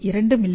2 மி